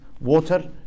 water